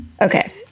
Okay